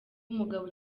umugabo